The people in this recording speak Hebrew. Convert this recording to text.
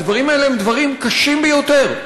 הדברים האלה הם דברים קשים ביותר,